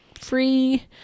free